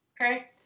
okay